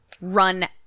Run